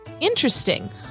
interesting